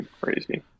crazy